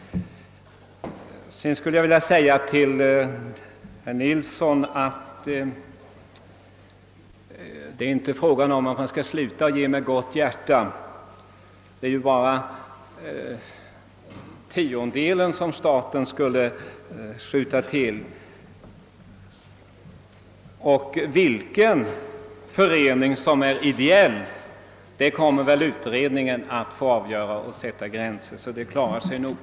Sist skulle jag vilja säga till herr Nilsson att det inte är fråga om att sluta att ge med gott hjärta. Det är bara tiondelen staten skulle skjuta till. Vilken förening som är ideell kommer väl utredningen att få avgöra. Den klarar nog uppgiften att sätta gränsen.